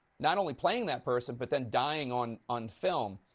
not only playing that person but then dying on on film.